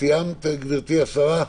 סיימת גברתי השרה?